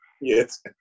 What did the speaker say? Yes